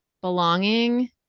belonging